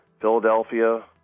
Philadelphia